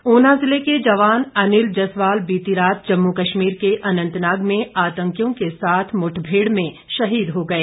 जवान शहीद ऊना जिले के जवान अनिल जसवाल बीती रात जम्मू कश्मीर के अनंतनाग में आतंकियों के साथ मुठभेड़ में शहीद हो गए